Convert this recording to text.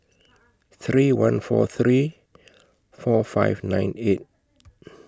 three one four three four five nine eight